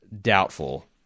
Doubtful